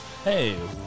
hey